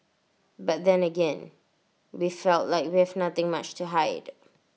but then again we felt like we have nothing much to hide